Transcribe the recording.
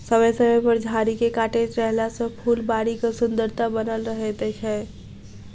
समय समय पर झाड़ी के काटैत रहला सॅ फूलबाड़ीक सुन्दरता बनल रहैत छै